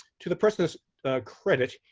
to the person's credit,